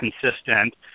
consistent